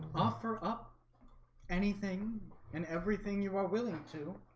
offer up anything and everything you are willing to